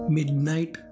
Midnight